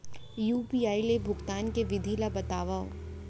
UPI ले भुगतान के विधि ला बतावव